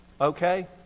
okay